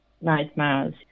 nightmares